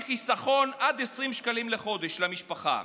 מביאה חיסכון של עד 20 שקלים לחודש למשפחה,